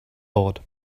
thought